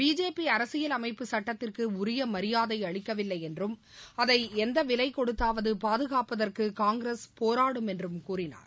BJP அரசியல் அமைப்புச் சுட்டத்திற்கு உரிய மரியாதை அளிக்கவில்லை என்றும் அதை எந்த விலை கொடுத்தாவது பாதுகாப்பதற்கு காங்கிரஸ் போராடும் என்றும் கூறினார்